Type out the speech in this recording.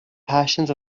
passions